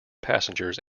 passengers